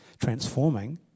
transforming